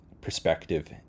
perspective